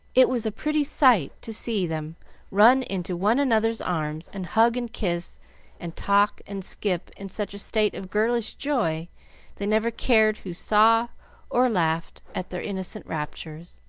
it was a pretty sight to see them run into one another's arms and hug and kiss and talk and skip in such a state of girlish joy they never cared who saw or laughed at their innocent raptures.